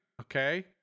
okay